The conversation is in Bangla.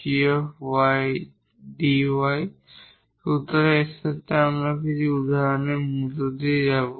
সুতরাং এর সাথে আমরা এখন কিছু উদাহরণের মধ্য দিয়ে যাব